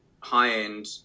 high-end